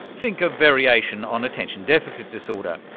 think a variation on attention deficit disorder.